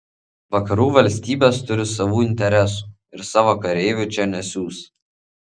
vakarų valstybės turi savų interesų ir savo kareivių čia nesiųs